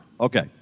Okay